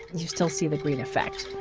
and you still see the green effect.